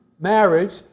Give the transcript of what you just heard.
marriage